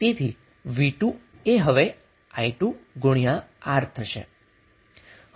તેથી V2 એ હવે i2R થશે